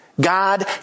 God